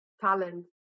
talent